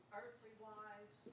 earthly-wise